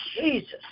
Jesus